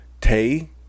Tay